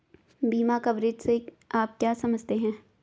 बीमा कवरेज से आप क्या समझते हैं?